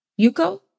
Yuko